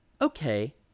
Okay